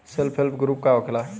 Self help group का होखेला?